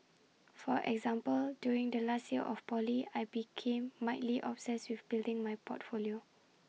for example during the last year of poly I became mildly obsessed with building my portfolio